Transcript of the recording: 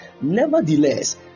Nevertheless